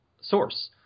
source